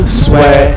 sweat